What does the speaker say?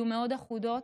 יהיו מאוד אחידות,